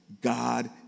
God